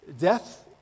Death